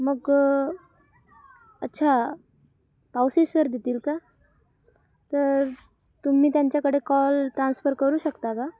मग अच्छा पावसे सर देतील का तर तुम्ही त्यांच्याकडे कॉल ट्रान्सफर करू शकता का